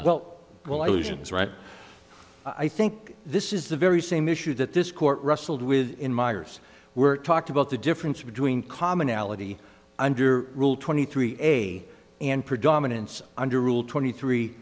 right i think this is the very same issue that this court wrestled with in miers were talked about the difference between commonality under rule twenty three a and predominance under rule twenty three